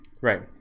right